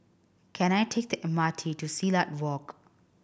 can I take the M R T to Silat Walk